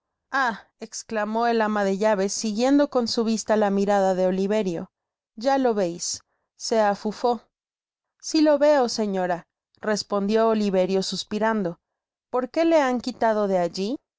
esclamó el ama de llaves siguiendo con su vista la mirada de oliverio ya lo veis se afufó si lo veo señora respondió oliverio suspirando porqué le han quitado de alli